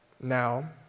Now